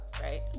right